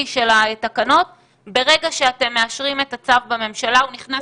של התקנות ברגע שאתם מאשרים את הצו בממשלה הוא נכנס